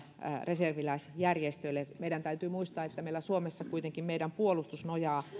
reserviläisjärjestöille meidän täytyy muistaa että suomessa kuitenkin meidän puolustus nojaa